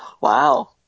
Wow